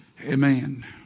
Amen